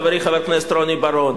חברי חבר הכנסת רוני בר-און,